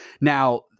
Now